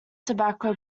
tobacco